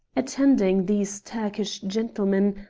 attending these turkish gentlemen,